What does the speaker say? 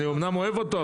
אני אמנם אוהב אותו,